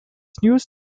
newest